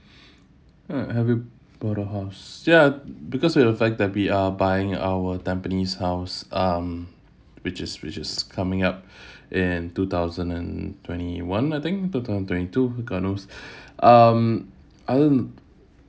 uh have we bought a house ya because of the fact that we are buying our tampines house um which is which is coming up in two thousand and twenty-one I think two thousand twenty-two god knows um I don't